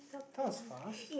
that was fast